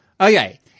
Okay